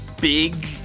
big